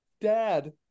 dad